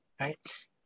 right